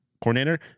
coordinator